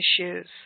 issues